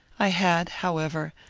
i had, however,